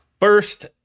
first